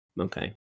Okay